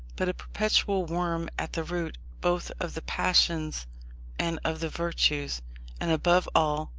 but a perpetual worm at the root both of the passions and of the virtues and, above all,